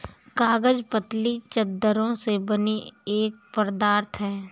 कागज पतली चद्दरों से बना एक पदार्थ है